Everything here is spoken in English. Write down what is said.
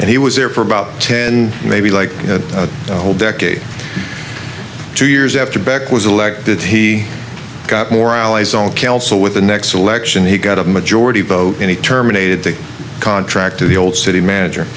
and he was there for about ten maybe like a whole decade two years after beck was elected he got more allies all kelso with the next election he got a majority vote and he terminated the contract to the old city manager